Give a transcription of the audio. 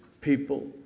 people